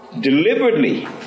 deliberately